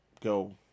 go